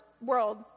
world